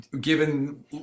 given